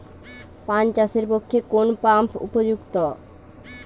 পান চাষের পক্ষে কোন পাম্প উপযুক্ত?